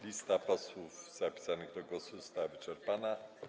Lista posłów zapisanych do głosu została wyczerpana.